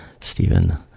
Stephen